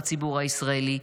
הציבור הישראלי,